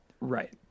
Right